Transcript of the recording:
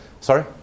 sorry